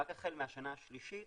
רק החל מהשנה השלישית